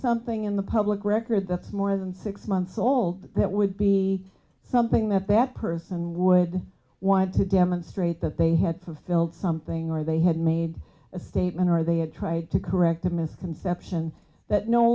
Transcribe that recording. something in the public record that's more than six months old that would be something that that person would want to demonstrate that they had fulfilled something or they had made a statement or they had tried to correct a misconception that no